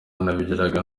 nabagira